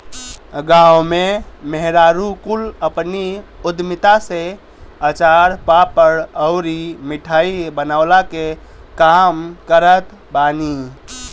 गांव में मेहरारू कुल अपनी उद्यमिता से अचार, पापड़ अउरी मिठाई बनवला के काम करत बानी